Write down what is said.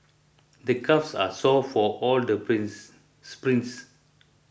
the calves are sore from all the prints sprints